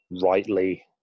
rightly